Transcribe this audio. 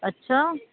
ਅੱਛਾ